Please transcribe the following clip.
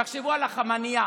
תחשבו על החמנייה.